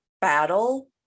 battle